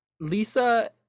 Lisa